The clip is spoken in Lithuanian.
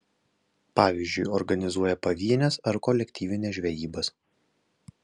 pavyzdžiui organizuoja pavienes ar kolektyvines žvejybas